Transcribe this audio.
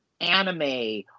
anime